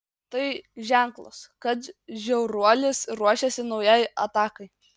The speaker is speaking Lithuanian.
tai ženklas kad žiauruolis ruošiasi naujai atakai